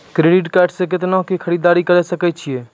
Credit card से कितना के खरीददारी करे सकय छियै?